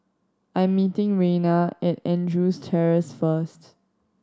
I'm meeting Reyna at Andrews Terrace first